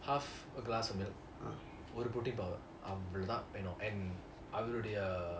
half a glass of milk ஒரு:oru protein powder அவ்ளோ தான் வேணும்:avlo thaan venum and அவருடய:aavarudaya